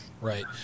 right